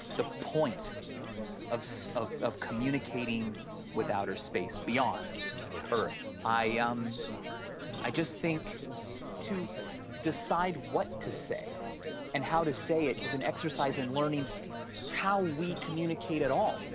the point of so of communicating with outer space, beyond earth, i. um i just think to decide what to say and how to say it. is an exercise in learning how we communicate at all.